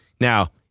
Now